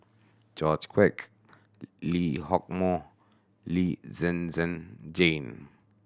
George Quek Lee Hock Moh Lee Zhen Zhen Jane